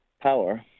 power